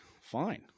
fine